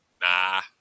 Nah